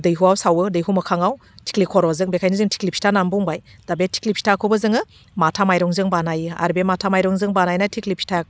दैहवाव सावो दैहु मोखाङाव थिंख्लि खर'जों बेखायनो जों थिंख्लि फिथा नाम बुंबाय दा बे थिंख्लि फिथाखौबो जोङो माथा माइरंजों बानायो आरो बे माथा माइरंजों बानायनाय थिंख्लि फिथा